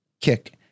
kick